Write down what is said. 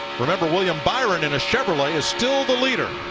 remember, william byron in a chevrolet is still the leader.